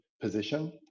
position